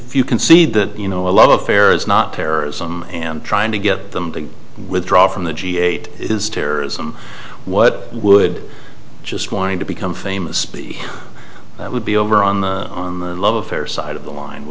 concede that you know a lot of fair is not terrorism and trying to get them to withdraw from the g eight is terrorism what would just going to become famous that would be over on the on the love affair side of the line